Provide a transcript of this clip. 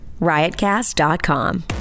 Riotcast.com